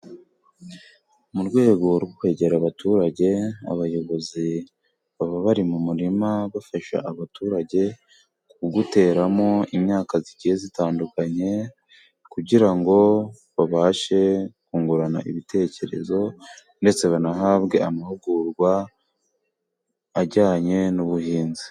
Mu rwego rwo kwegera abaturage abayobozi baba bari mu murima bafasha abaturage kuwuteramo imyaka igiye itandukanye, kugira ngo babashe kungurana ibitekerezo, ndetse banahabwe amahugurwa ajyanye n'ubuhinzi.